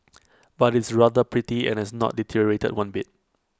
but it's rather pretty and has not deteriorated one bit